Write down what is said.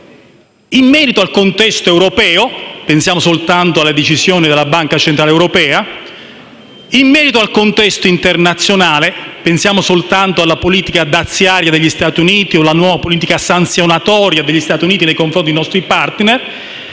in merito al contesto europeo (pensiamo soltanto alle decisioni della Banca centrale europea), in merito al contesto internazionale (pensiamo alla politica daziaria degli Stati Uniti o alla loro nuova politica sanzionatoria nei confronti dei nostri *partner*),